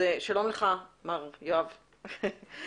שלום לך, מר יואב קצבוי.